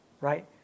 right